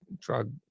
drug